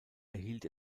erhielt